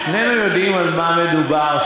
שנינו יודעים על מה מדובר,